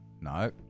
no